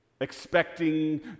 Expecting